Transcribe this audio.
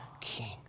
king